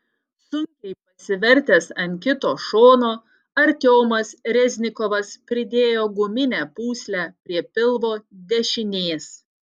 sunkiai pasivertęs ant kito šono artiomas reznikovas pridėjo guminę pūslę prie pilvo dešinės